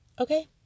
Okay